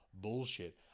Bullshit